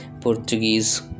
Portuguese